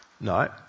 No